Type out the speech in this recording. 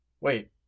wait